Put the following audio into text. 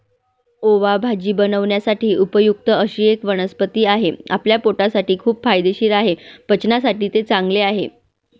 ओवा भाजी बनवण्यासाठी उपयुक्त अशी एक वनस्पती आहे, आपल्या पोटासाठी खूप फायदेशीर आहे, पचनासाठी ते चांगले आहे